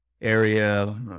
area